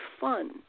fun